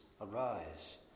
Arise